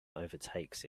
overtakes